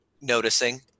noticing